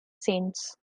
saints